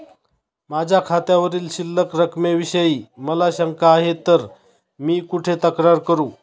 माझ्या खात्यावरील शिल्लक रकमेविषयी मला शंका आहे तर मी कुठे तक्रार करू?